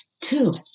Two